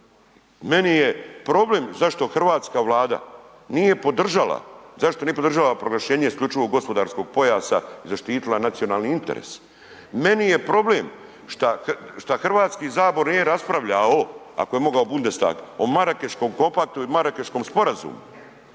meni je problem zašto hrvatska Vlada nije podržala, zašto nije podržala proglašenje IGP-a i zaštitila nacionalni interes? Meni je problem šta, šta HS nije raspravljao ako je mogao Bundestag, o Marakeškom kompaktu i Marakeškom sporazumu.